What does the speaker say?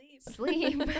sleep